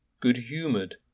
good-humoured